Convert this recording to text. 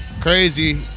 Crazy